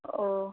ஓ